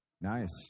Nice